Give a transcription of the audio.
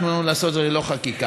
תנו לנו לעשות זאת ללא חקיקה.